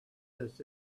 this